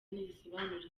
risobanura